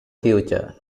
future